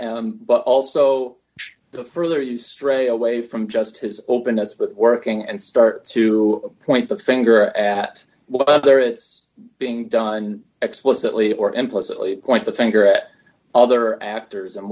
but also the further you stray away from just his openness that working and start to point the finger at whether it's being done explicitly or implicitly point the finger at other actors and